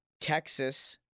Texas